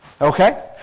Okay